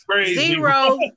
Zero